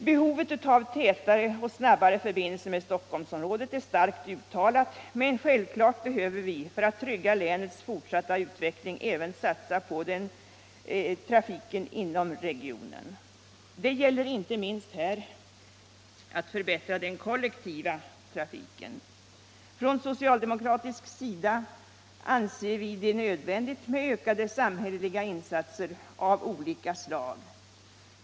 Behovet av tätare och snabbare förbindelser med Stockholmsområdet är starkt uttalat, men självfallet behöver vi för att trygga länets fortsatta utveckling även satsa på trafiken inom regionen. Det gäller här inte minst att förbättra den kollektiva trafiken. På socialdemokratisk sida anser vi det nödvändigt med ökade samhälleliga insatser av olika slag.